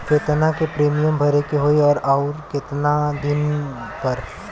केतना के प्रीमियम भरे के होई और आऊर केतना दिन पर?